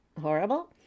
horrible